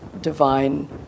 divine